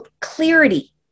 clarity